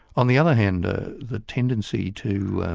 on the other hand ah the tendency to